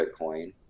Bitcoin